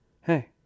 hey